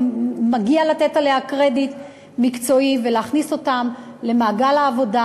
ומגיע לתת עליה קרדיט מקצועי ולהכניס אותן למעגל העבודה